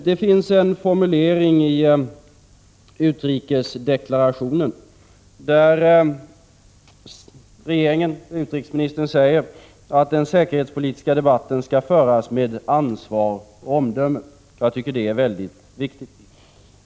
Det finns en formulering i utrikesdeklarationen där regeringen och utrikesministern säger att den säkerhetspolitiska debatten skall föras med ansvar och omdöme. Jag tycker det är väldigt viktigt.